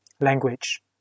Language